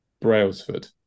brailsford